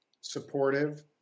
supportive